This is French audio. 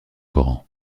coran